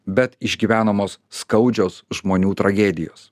bet išgyvenamos skaudžios žmonių tragedijos